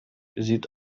sieht